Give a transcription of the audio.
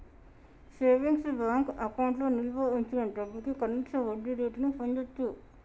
savings bank అకౌంట్లో నిల్వ వుంచిన డబ్భుకి కనీస వడ్డీరేటును పొందచ్చు